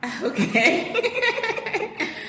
Okay